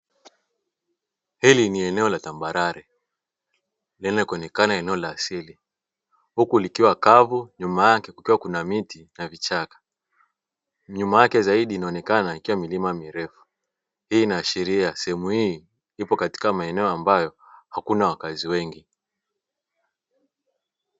Hili ni eneo la tambarare linaloonekana kuwa ni eneo la asili huku likiwa kavu nyuma yake kukiwa kuna miti na vichaka nyuma yake zaidi inaonekana ikiwa milima mirefu, hii inaashiria sehemu hii ipo katika maeneo ambayo hakuna wakazi wengi.